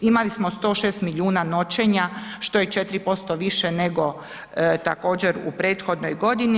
Imali smo 106 milijuna noćenja što je 4% više nego također u prethodnoj godini.